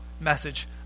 message